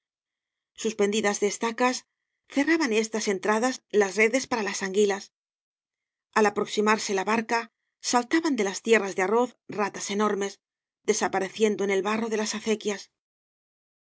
suspendidas de estacas cerraban estas entradas las redes para las anguilas al aproxí marse la barca saltaban de las tierras de arroz ratas enormes desapareciendo en el barro de las acequias